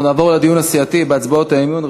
אנחנו נעבור לדיון הסיעתי בהצעות האי-אמון.